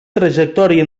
trajectòria